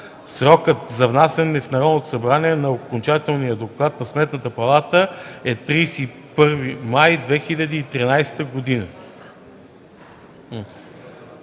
Срокът за внасяне в Народното събрание на окончателния доклад на Сметната палата е 31 май 2013 г.”